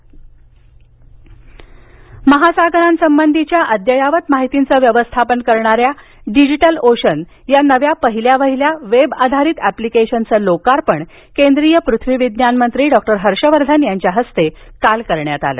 महासागर महासागरांसंबंधीच्या अद्ययावत माहितींचं व्यवस्थापन करणाऱ्या डिजिटल ओशन या नव्या पहिल्या वहिल्या वेबआधारित अॅप्लिकेशनचं लोकार्पण केंद्रीय पृथ्वी विज्ञानमंत्री डॉक्टर हर्षवर्धन यांच्या हस्ते काल करण्यात आलं